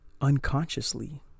unconsciously